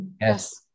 Yes